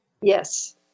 Yes